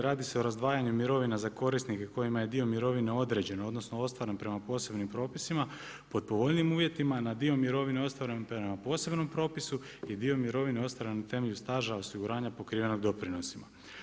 Radi se o razdvajanju mirovina za korisnike kojima je dio mirovine određeno, odnosno ostvaren prema posebnim propisima, po povoljnijim uvjetima, na dio mirovine ostvaren prema posebnom propisu i dio mirovine ostvaren na temelju staža osiguranja pokrivenog doprinosima.